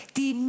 die